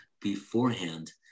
beforehand